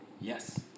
Yes